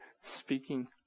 speaking